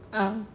uh